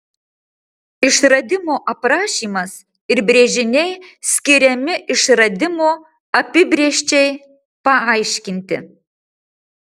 išradimo aprašymas ir brėžiniai skiriami išradimo apibrėžčiai paaiškinti